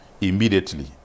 immediately